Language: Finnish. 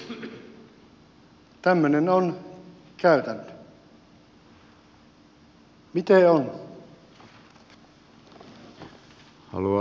haluaako ministeri vastata